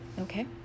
okay